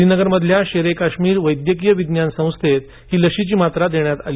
श्रीनगरमधल्या शेर ए काश्मीर वैद्यकीय विज्ञान संस्थेत ही लशीची मात्रा देण्यात आली